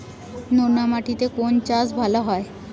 নোনা মাটিতে কোন চাষ ভালো হয়?